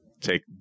Take